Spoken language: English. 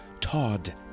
todd